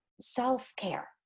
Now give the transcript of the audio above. self-care